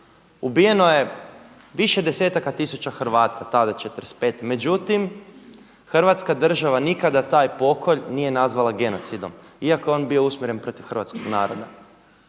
Ubijeno je više desetaka tisuća Hrvata tada '45. Međutim, Hrvatska država nikada taj pokolj nije nazvala genocidom iako je on bio usmjeren protiv hrvatskog naroda.